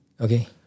Okay